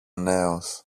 νέος